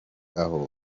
aho